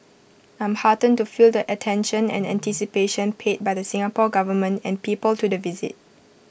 I'm heartened to feel the attention and anticipation paid by the Singapore Government and people to the visit